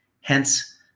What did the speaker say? Hence